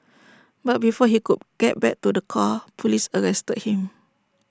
but before he could get back to the car Police arrested him